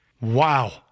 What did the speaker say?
Wow